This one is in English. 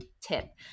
tip